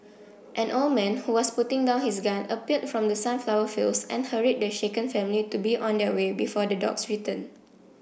an old man who was putting down his gun appeared from the sunflower fields and hurried the shaken family to be on their way before the dogs return